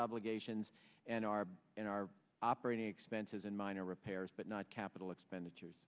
obligations and our in our operating expenses in minor repairs but not capital expenditures